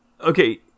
okay